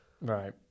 Right